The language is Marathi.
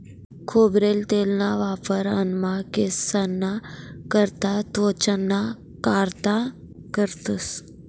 खोबरेल तेलना वापर अन्नमा, केंससना करता, त्वचाना कारता करतंस